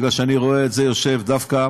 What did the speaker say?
כי אני רואה את זה יושב דווקא